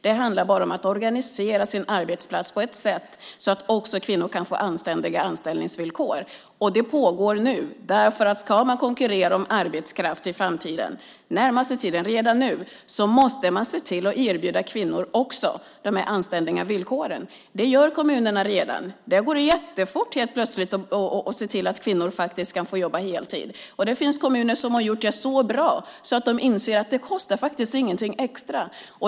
Det handlar bara om att organisera sin arbetsplats på ett sätt så att också kvinnor kan få anständiga anställningsvillkor. Det pågår nu. Om man ska konkurrera om arbetskraft i framtiden, den närmaste tiden och redan nu måste man se till att erbjuda också kvinnor de anständiga villkoren. Det gör kommunerna redan. Det går jättefort helt plötsligt att se till att kvinnor kan få jobba heltid. Det finns kommuner som har gjort det så bra så att de inser att det inte kostar något extra.